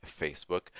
Facebook